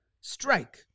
Strike